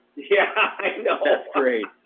yeah, i know! that's great!